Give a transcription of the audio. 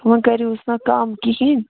وۅنۍ کٔرۍہوٗس نا کَم کِہیٖنٛۍ